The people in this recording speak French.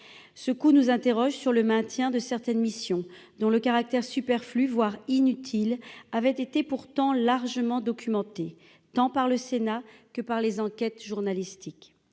ce coup nous interroge sur le maintien de certaines missions dont le caractère superflu, voire inutile, avait été pourtant largement documentés, tant par le Sénat, que par les enquêtes journalistiques,